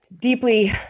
deeply